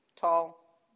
tall